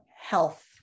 health